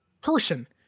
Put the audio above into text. person